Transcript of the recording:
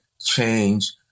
change